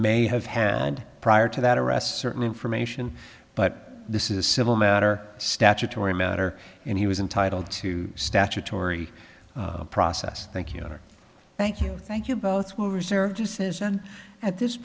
may have had and prior to that arrest certain information but this is a civil matter statutory matter and he was entitled to statutory process thank you note or thank you thank you both will reserve decision at this